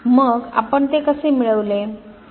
मग आपण ते कसे मिळविले